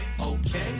okay